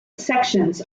sections